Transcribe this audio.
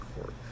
court